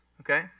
okay